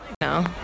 No